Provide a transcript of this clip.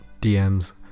DMs